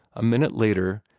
a minute later,